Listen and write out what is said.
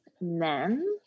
men